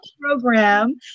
program